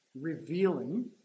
revealing